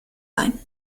sein